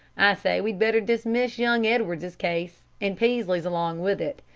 i say we'd better dismiss young edwards's case, and peaslee's along with it.